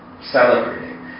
celebrating